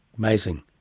amazing.